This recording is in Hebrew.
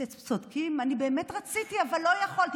אתם צודקים, אני באמת רציתי, אבל לא יכולתי.